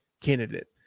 candidate